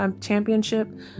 championship